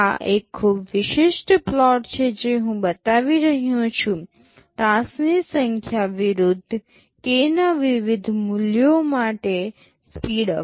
આ એક ખૂબ જ વિશિષ્ટ પ્લોટ છે જે હું બતાવી રહ્યો છું ટાસ્કની સંખ્યા વિરુદ્ધ k ના વિવિધ મૂલ્યો માટે સ્પીડઅપ